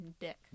Dick